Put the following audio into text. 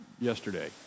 yesterday